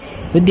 વિદ્યાર્થી